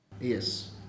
Yes